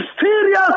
serious